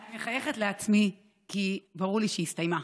אני מחייכת לעצמי, כי ברור לי שהיא הסתיימה,